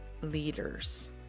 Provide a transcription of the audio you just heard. leaders